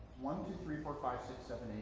one, two, three, four, five, six, seven, eight,